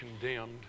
condemned